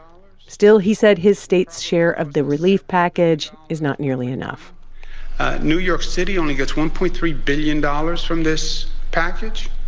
still, he said, his state's share of the relief package is not nearly enough new york city only gets one point three billion dollars from this package.